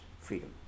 freedom